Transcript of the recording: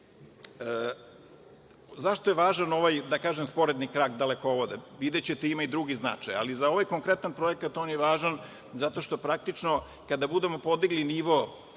je važan ovaj, da kažem, sporedni krak dalekovoda? Videćete, ima i drugi značaj, ali za ovaj konkretan projekat ona je važan zato što praktično kada budemo podigli nivo